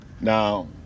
now